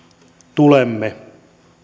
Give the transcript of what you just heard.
tulemme